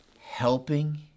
helping